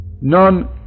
none